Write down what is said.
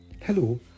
Hello